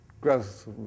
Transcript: growth